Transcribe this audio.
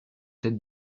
tête